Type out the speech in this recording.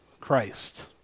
Christ